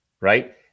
right